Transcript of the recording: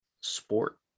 sport